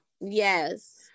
Yes